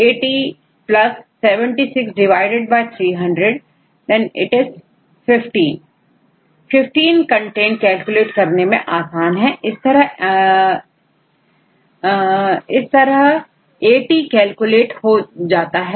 AT content है 15 content calculate करने में आसान है इस तरह एटी कंटेंट कैलकुलेट हो जाता है